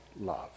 love